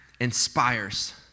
inspires